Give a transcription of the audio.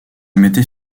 m’étais